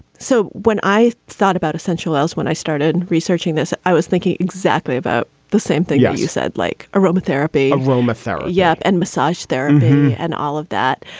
so when i thought about essential oils, when i started researching this, i was thinking exactly about the same thing. yeah you said like aromatherapy roma thare. yep. and massage therapy and all of that.